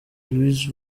louis